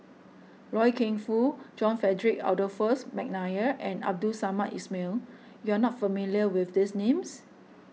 Loy Keng Foo John Frederick Adolphus McNair and Abdul Samad Ismail you are not familiar with these names